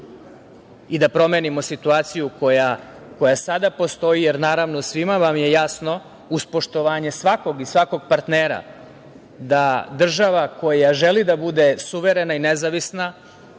i da promenimo situaciju koja sada postoji, jer naravno svima vam je jasno, uz poštovanje svakog i svakog partnera, da država koja želi da bude suverena i nezavisna